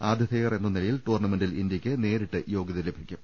ആതിഥേയരെന്ന നിലയിൽ ടൂർണമെന്റിൽ ഇന്ത്യക്ക് നേരിട്ട് യോഗ്യത ലഭിക്കും